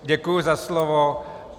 Děkuji za slovo.